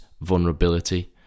vulnerability